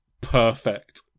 perfect